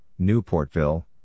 Newportville